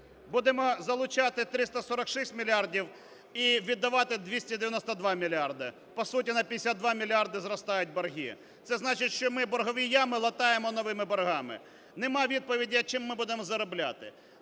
будемо залучати 346 мільярдів і віддавати 292 мільярди. По суті, на 52 мільярди зростають борги. Це значить, що ми боргові ями латаємо новими боргами. Нема відповіді, а чим ми будемо заробляти.